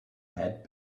had